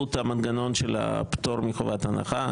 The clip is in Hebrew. -- באמצעות המנגנון של פטור מחובת הנחה,